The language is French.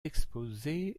exposé